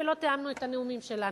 ולא תיאמנו את הנאומים שלנו,